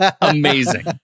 amazing